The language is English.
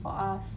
for us